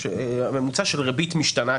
של ריבית משתנה,